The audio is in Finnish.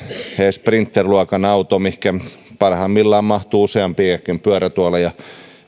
sprinter luokan auto mihinkä parhaimmillaan mahtuu useampiakin pyörätuoleja